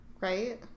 Right